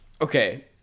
Okay